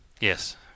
Yes